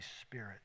spirit